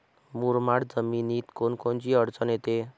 मुरमाड जमीनीत कोनकोनची अडचन येते?